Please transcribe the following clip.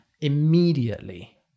immediately